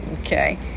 Okay